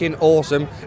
awesome